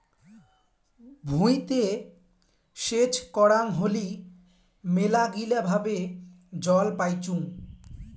ভুঁইতে সেচ করাং হলি মেলাগিলা ভাবে জল পাইচুঙ